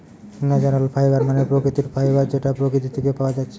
natural fibre মানে প্রাকৃতিক fibre যেটা প্রকৃতি থিকে পায়া যাচ্ছে